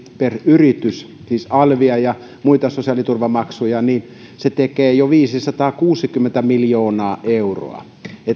per yritys siis alvia ja muita sosiaaliturvamaksuja niin se tekee jo viisisataakuusikymmentä miljoonaa euroa että